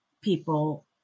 people